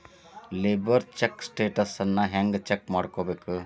Labour check ಸ್ಟೆಟಸನ್ನ ಹೆಂಗ್ check ಮಾಡ್ಕೊಬೇಕ್?